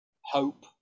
hope